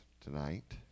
tonight